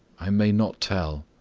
i may not tell.